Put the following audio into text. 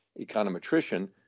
econometrician